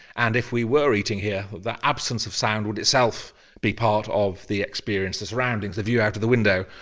and if we were eating here, the absence of sound would itself be part of the experience, the surroundings, the view out of the window,